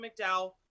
McDowell